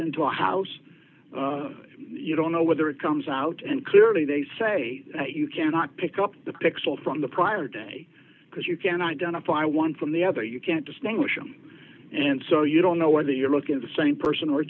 into a house you don't know whether it comes out and clearly they say that you cannot pick up the pixel from the prior day because you can identify one from the other you can't distinguish them and so you don't know whether you're looking at the same person or a